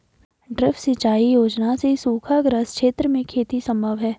drip सिंचाई योजना से सूखाग्रस्त क्षेत्र में खेती सम्भव है